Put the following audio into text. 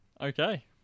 Okay